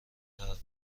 حرف